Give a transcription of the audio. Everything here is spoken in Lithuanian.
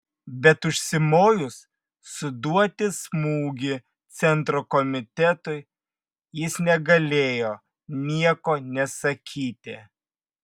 bet užsimojus suduoti smūgį centro komitetui jis negalėjo nieko nesakyti